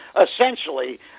essentially